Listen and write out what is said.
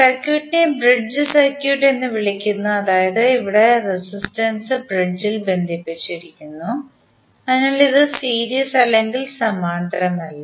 സർക്യൂട്ടിനെ bridge circuit എന്ന് വിളിക്കുന്നു അതായത് ഇവിടെ റെസിസ്റ്റൻസ് ബ്രിഡ്ജിൽ ബന്ധിപ്പിച്ചിരിക്കുന്നു അതിനാൽ ഇത് സീരീസ് അല്ലെങ്കിൽ സമാന്തരമല്ല